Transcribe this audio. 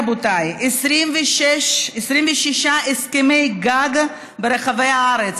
רבותיי: 26 הסכמי גג ברחבי הארץ,